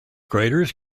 craters